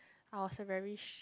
I was a very